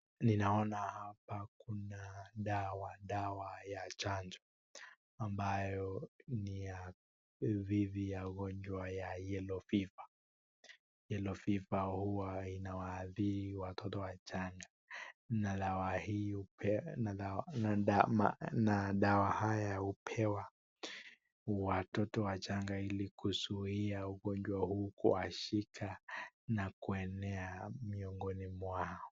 Ninaona hapa kuna dawa, dawa ya chanjo ambayo ni yua dhidi ya ugonjwa ya yellow fever, yellow fever huwa inawaathiri watoto wachanga, na dawa haya hupewa watoto wachanga ili kuzia hugonjwa hii kuwashika na kuenea miongoni mwao.